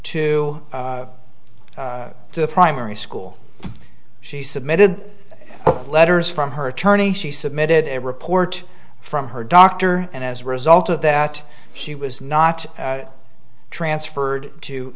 to the primary school she submitted letters from her attorney she submitted a report from her doctor and as a result of that she was not transferred to